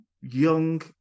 young